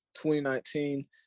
2019